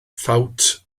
ffawt